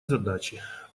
задачи